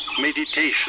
meditation